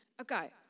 Okay